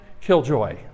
killjoy